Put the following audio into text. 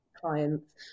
clients